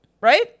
right